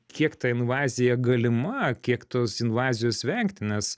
kiek ta invazija galima kiek tos invazijos vengti nes